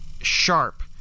sharp